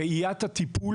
ראיית הטיפול,